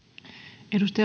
arvoisa